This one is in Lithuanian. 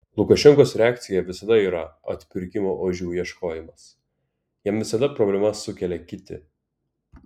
lukašenkos reakcija visada yra atpirkimo ožių ieškojimas jam visada problemas sukelia kiti